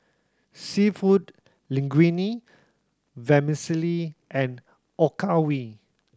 Seafood Linguine Vermicelli and